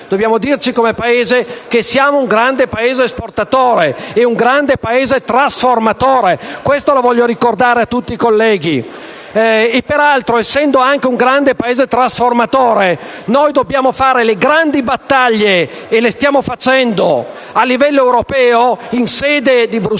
volta per tutte che siamo un grande Paese esportatore e un grande trasformatore, lo voglio ricordare a tutti i colleghi. Peraltro, essendo anche un grande Paese trasformatore, dobbiamo fare le grandi battaglie che stiamo conducendo a livello europeo, a Bruxelles